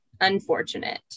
unfortunate